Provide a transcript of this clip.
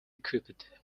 equipped